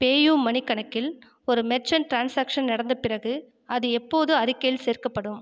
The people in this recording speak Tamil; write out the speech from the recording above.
பேயூமணி கணக்கில் ஒரு மெர்ச்சன்ட் ட்ரான்சாக்ஷன் நடந்த பிறகு அது எப்போது அறிக்கையில் சேர்க்கப்படும்